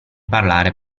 parlare